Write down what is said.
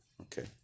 Okay